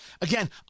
Again